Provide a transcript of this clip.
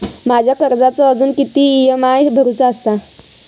माझ्या कर्जाचो अजून किती ई.एम.आय भरूचो असा?